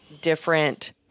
different